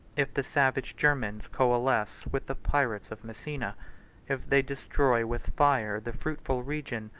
if the savage germans coalesce with the pirates of messina if they destroy with fire the fruitful region,